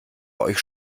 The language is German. euch